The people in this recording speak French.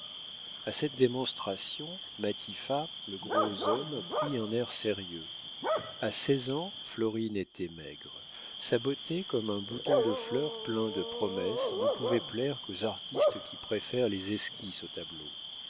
a cette démonstration matifat le gros homme prit un air sérieux a seize ans florine était maigre sa beauté comme un bouton de fleur plein de promesses ne pouvait plaire qu'aux artistes qui préfèrent les esquisses aux tableaux